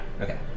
Okay